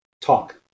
talk